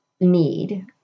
need